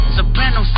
Soprano